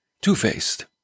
two-faced